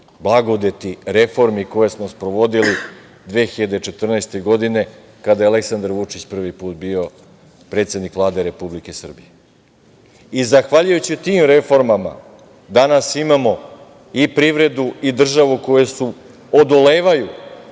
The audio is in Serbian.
blagodeti reformi koje smo sprovodili 2014. godine kada je Aleksandar Vučić prvi put bio predsednik Vlade Republike Srbije. Zahvaljujući tim reformama danas imamo i privredu i državu koje odolevaju